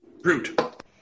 Brute